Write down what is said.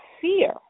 fear